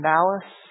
Malice